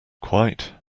quite